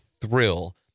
thrill